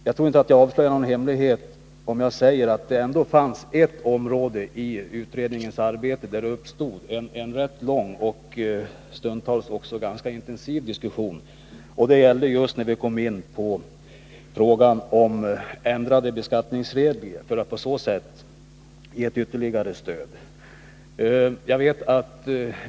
Jag tror inte att jag avslöjar någon hemlighet, när jag säger att det ändå fanns ett avsnitt i utredningsarbetet där det uppstod en rätt lång och stundtals ganska intensiv diskussion — det gällde frågan om att ändra beskattningsreglerna för att på det sättet ge ett ytterligare stöd.